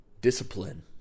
discipline